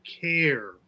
care